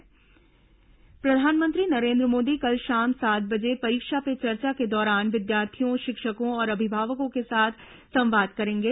परीक्षा पे चर्चा प्रधानमंत्री नरेन्द्र मोदी कल शाम सात बजे परीक्षा पे चर्चा के दौरान विद्यार्थियों शिक्षकों और अभिभावकों के साथ संवाद करेंगे